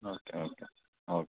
okay okay okay